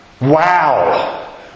Wow